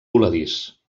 voladís